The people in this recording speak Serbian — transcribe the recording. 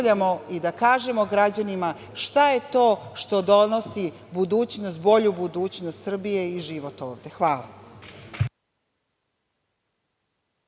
i da kažemo građanima šta je to što donosi bolju budućnost Srbije i život ovde. Hvala.